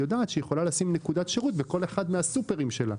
היא יודעת שהיא יכולה לשים נקודת שירות בכל אחד מהסופרמרקטים שלה.